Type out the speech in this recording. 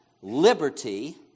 liberty